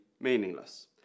meaningless